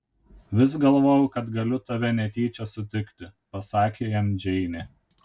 vis galvojau kad galiu tave netyčia sutikti pasakė jam džeinė